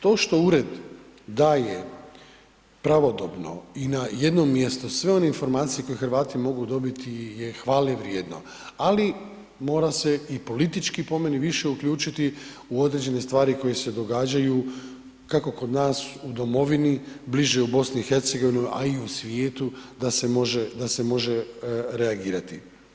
To što ured daje pravodobno i na jedno mjesto sve one informacije koji Hrvati mogu dobiti je hvale vrijedno, ali mora se i politički po meni, više uključiti u određene stvari koje se događaju, kako kod nas u domovini, bliže u BiH, ali i u svijetu, da se može reagirati.